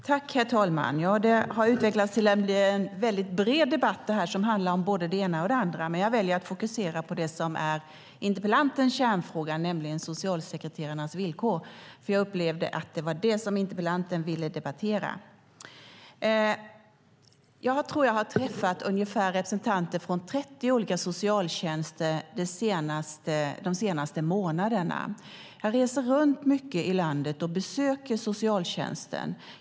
Herr talman! Detta har utvecklats till att bli en mycket bred debatt som handlar om både det ena och det andra. Men jag väljer att fokusera på det som är interpellantens kärnfråga, nämligen socialsekreterarnas villkor. Jag upplevde att det var det som interpellanten ville debattera. Jag har träffat representanter från ungefär 30 olika socialtjänster de senaste månaderna. Jag reser runt mycket i landet och besöker socialtjänsten.